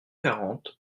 quarante